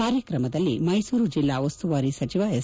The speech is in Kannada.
ಕಾರ್ಯಕ್ರಮದಲ್ಲಿ ಮೈಸೂರು ಜಿಲ್ಲಾ ಉಸ್ತುವಾರಿ ಸಚಿವ ಎಸ್